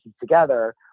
together